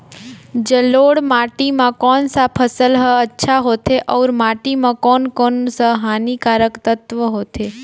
जलोढ़ माटी मां कोन सा फसल ह अच्छा होथे अउर माटी म कोन कोन स हानिकारक तत्व होथे?